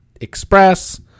express